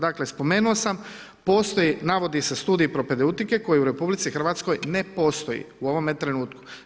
Dakle, spomenuo sam, postoji, navodi se studij propedeutike, koji u RH ne postoji u ovome trenutku.